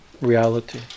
reality